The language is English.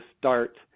start